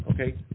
okay